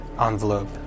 envelope